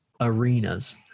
arenas